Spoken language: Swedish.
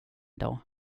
dag